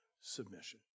submission